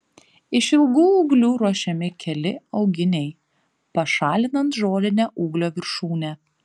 iš ilgų ūglių ruošiami keli auginiai pašalinant žolinę ūglio viršūnę